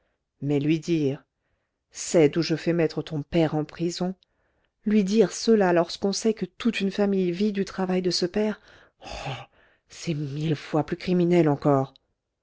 mais lui dire cède ou je fais mettre ton père en prison lui dire cela lorsqu'on sait que toute une famille vit du travail de ce père oh c'est mille fois plus criminel encore